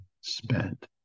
spent